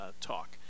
talk